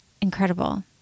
incredible